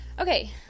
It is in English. Okay